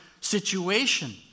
situation